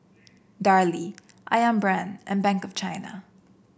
Darlie ayam Brand and Bank of China